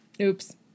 Oops